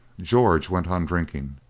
george went on drinking,